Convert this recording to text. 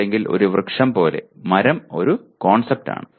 അല്ലെങ്കിൽ ഒരു വൃക്ഷം പോലെ മരം ഒരു കോൺസെപ്റ്റാണ്